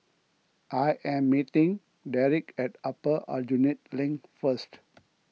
I am meeting Derik at Upper Aljunied Link first